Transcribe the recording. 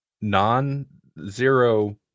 non-zero